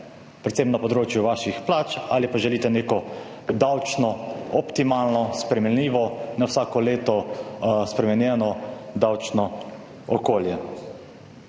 predvsem na področju vaših plač ali pa želite neko davčno optimalno spremenljivo na vsako leto spremenjeno davčno okolje.